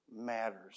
matters